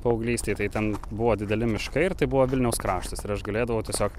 paauglystėj tai ten buvo dideli miškai ir tai buvo vilniaus kraštas ir aš galėdavau tiesiog